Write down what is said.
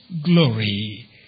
glory